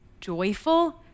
joyful